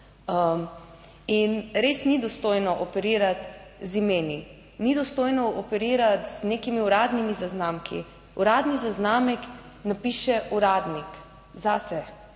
In res ni dostojno operirati z imeni. Ni dostojno operirati z nekimi uradnimi zaznamki. Uradni zaznamek napiše uradnik zase.